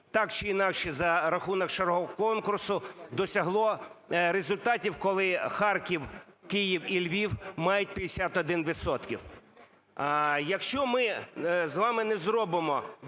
так чи інакше за рахунок широкого конкурсу досягло результатів, коли Харків, Київ і Львів мають 51